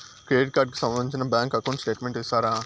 Credit card కు సంబంధించిన bank account statement ఇస్తారా?